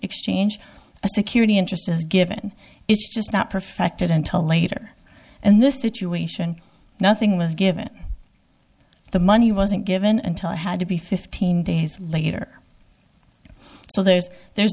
exchange a security interest is given it's just not perfected until later and this situation nothing was given the money wasn't given until had to be fifteen days later so there's there's